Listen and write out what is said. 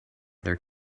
there